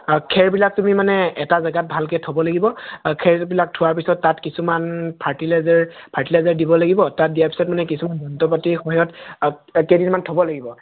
আৰু খেৰবিলাক তুমি মানে এটা জেগাত ভালকৈ থ'ব লাগিব আৰু খেৰবিলাক থোৱাৰ পিছত তাত কিছুমান ফাৰ্টিলাইজাৰ ফাৰ্টিলাইজাৰ দিব লাগিব তাত দিয়া পিছত মানে কিছুমান যন্ত্ৰ পাতিৰ সহায়ত তাত কেইদিনমান থ'ব লাগিব